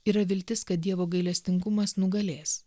yra viltis kad dievo gailestingumas nugalės